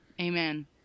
Amen